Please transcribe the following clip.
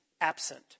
absent